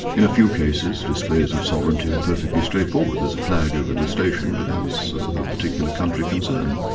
in a few cases displays of sovereignty are perfectly straightforward. there's a flag over the station, but that's the particular country concerned.